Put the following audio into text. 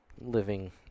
living